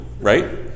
right